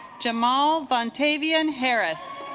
jamal vaughn tavian harris